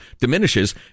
diminishes